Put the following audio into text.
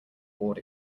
bored